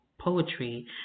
poetry